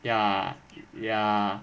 ya ya